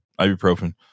Ibuprofen